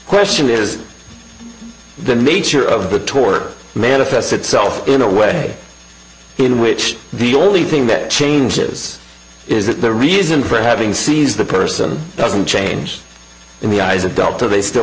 question is the nature of the tour manifests itself in a way in which the only thing that changes is that the reason for having sees the person doesn't change in the eyes of delta they still